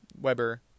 Weber